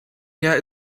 yet